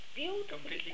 beautiful